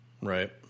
Right